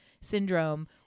syndrome